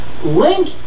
Link